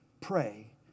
Pray